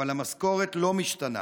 אבל המשכורת לא משתנה.